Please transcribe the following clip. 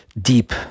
deep